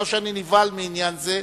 לא שאני נבהל מעניין זה,